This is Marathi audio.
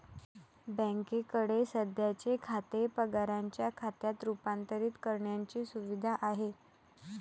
बँकेकडे सध्याचे खाते पगाराच्या खात्यात रूपांतरित करण्याची सुविधा आहे